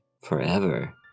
forever